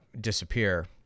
disappear